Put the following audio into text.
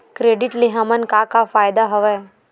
Credit ले हमन का का फ़ायदा हवय?